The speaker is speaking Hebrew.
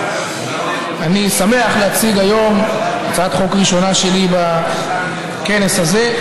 אני שמח להציג היום הצעת חוק ראשונה שלי בכנס הזה,